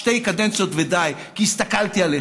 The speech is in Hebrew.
שתי קדנציות ודי כי הסתכלתי עליך,